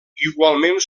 igualment